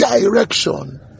direction